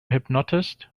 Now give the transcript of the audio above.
hypnotist